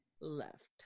Left